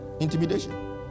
intimidation